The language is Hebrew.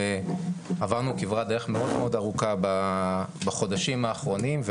עברנו כברת דרך מאוד מאוד ארוכה בחודשים האחרונים.